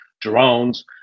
drones